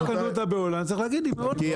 אם קנו אותה בהולנד, צריך להגיד שהיא מהולנד.